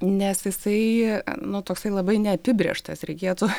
nes jisai nu toksai labai neapibrėžtas reikėtų